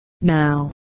now